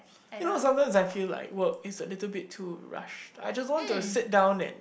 you know sometimes I feel like work is a little too rush I just want to sit down and